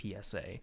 PSA